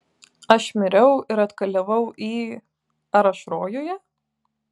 aš miriau ir atkeliavau į ar aš rojuje